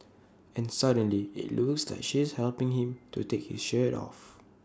and suddenly IT looks like she's helping him to take his shirt off